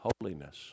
holiness